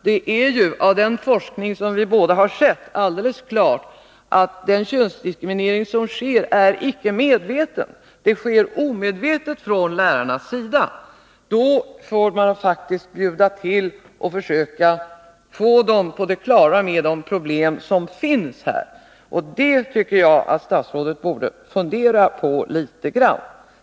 Det är ju, att döma av de forskningsresultat som vi båda har sett, alldeles klart att den könsdiskriminering som sker icke är medveten — det sker omedvetet från lärarnas sida. Då får man faktiskt bjuda till och försöka få lärarna på det klara med de problem som här finns. Det borde statsrådet fundera på litet grand.